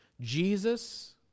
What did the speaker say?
Jesus